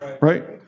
right